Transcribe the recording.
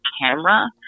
camera